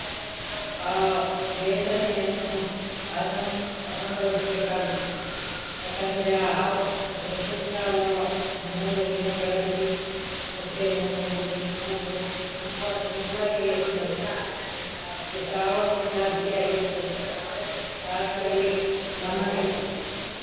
ಆ ವೇದನೆಯನ್ನು ಅನು ಅನುಭವಿಸಬೇಕಾಗಿತ್ತು ಯಾಕೆಂದ್ರೆ ಆ ಆ ಋತುಸ್ರಾವ ಮೂರು ದಿನಗಳಲ್ಲಿ ಹೊಟ್ಟೆನೋವು ಬೆನ್ನುನೋವು ತುಂಬ ತುಂಬನೇ ಇರುತ್ತದೆ ಮತ್ತೆ ಸ್ರಾವ ಕೂಡ ಜಾಸ್ತಿಯಾಗಿ ಇರುತ್ತದೆ ಹಾಗಾಗಿ ನಮಗೆ